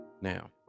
Now